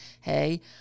Hey